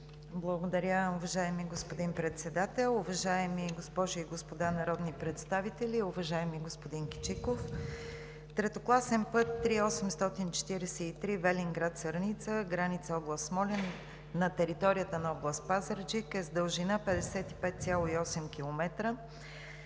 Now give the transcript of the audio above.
Благодаря, уважаеми господин Председател. Уважаеми госпожи и господа народни представители, уважаеми господин Кичиков! Третокласен път III-843 Велинград – Сърница, граница област Смолян на територията на област Пазарджик е с дължина 55,8 км,